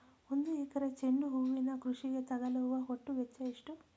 ಒಂದು ಎಕರೆ ಚೆಂಡು ಹೂವಿನ ಕೃಷಿಗೆ ತಗಲುವ ಒಟ್ಟು ವೆಚ್ಚ ಎಷ್ಟು?